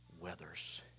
weathers